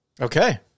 Okay